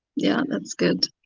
yeah, that's good.